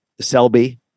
Selby